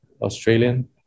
Australian